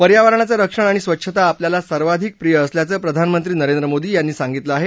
पर्यावरणाचं रक्षण आणि स्वच्छता आपल्याला सर्वाधिक प्रिय असल्याचं प्रधानमंत्री नरेंद्र मोदी यांनी सांगितलं आहे